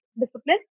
discipline